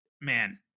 Man